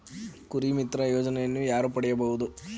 ಕುರಿಮಿತ್ರ ಯೋಜನೆಯನ್ನು ಯಾರು ಪಡೆಯಬಹುದು?